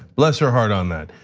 bless her heart on that.